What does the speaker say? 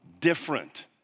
different